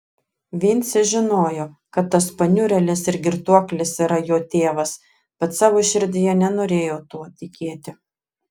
vincė žinojo kad tas paniurėlis ir girtuoklis yra jo tėvas bet savo širdyje nenorėjo tuo tikėti